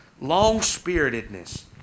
long-spiritedness